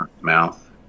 mouth